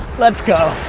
let's go,